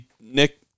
Nick